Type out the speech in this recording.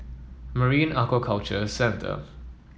Marine Aquaculture Centre